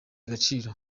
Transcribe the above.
agaciro